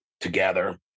together